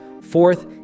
fourth